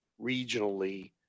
regionally